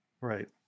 right